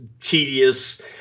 tedious